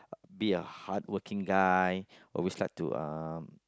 be a hardworking guy always like to um